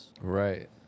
Right